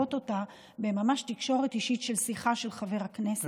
וללוות אותה בתקשורת ממש אישית של שיחה של חבר הכנסת.